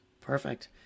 Perfect